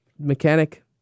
Mechanic